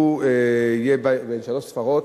הוא יהיה בן שלוש ספרות,